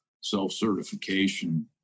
self-certification